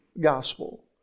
gospel